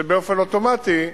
שבאופן אוטומטי,